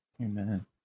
Amen